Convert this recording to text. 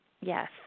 yes